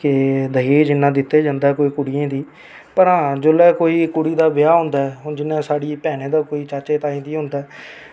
कि दाज इन्ना दित्तां जंदा ऐ कुड़ियैं गी पर हां जिसलै कोई कुड़ी दा ब्याह् होंदा ऐ हून जियां कोई साढी भैनें दा कोई चाचें ताएं दा होंदा ऐ